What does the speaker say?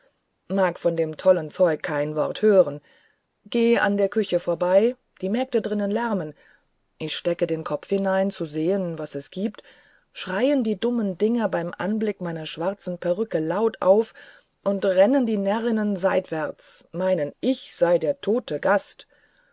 mag von dem tollen zeug kein wort hören gehe an der küche vorbei die mägde drinnen lärmen ich stecke den kopf hinein zu sehen was es gibt schreien die dummen dinger beim anblick meiner schwarzen perücke laut auf und rennen die närrinnen seitwärts meinen ich sei der tote gast